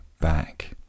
back